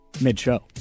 mid-show